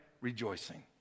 rejoicing